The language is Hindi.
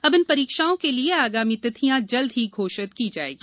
अब इन परीक्षाओं के लिये आगामी तिथियां जल्द ही घोषित की जाएगी